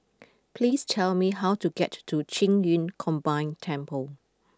please tell me how to get to Qing Yun Combined Temple